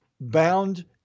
bound